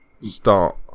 start